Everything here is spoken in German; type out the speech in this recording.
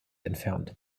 entfernt